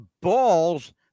balls